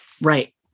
Right